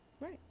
right